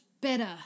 better